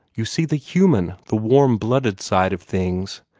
you see the human, the warm-blooded side of things.